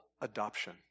adoption